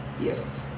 Yes